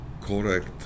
correct